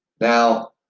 Now